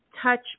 touch